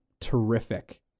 terrific